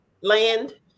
land